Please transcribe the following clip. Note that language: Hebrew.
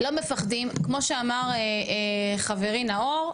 לא מפחדים כמו שאמר חברי נאור,